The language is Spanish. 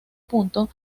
punto